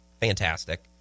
fantastic